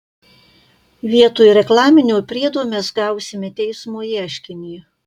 vietoj reklaminio priedo mes gausime teismo ieškinį